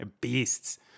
beasts